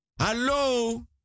Hello